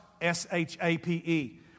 S-H-A-P-E